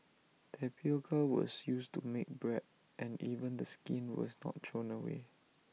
tapioca was used to make bread and even the skin was not thrown away